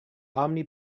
omni